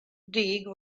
dig